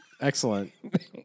Excellent